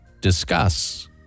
discuss